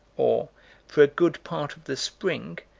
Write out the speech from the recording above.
or for a good part of the spring,